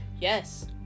yes